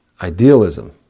idealism